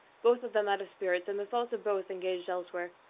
both of them out of spirits, and the thoughts of both engaged elsewhere.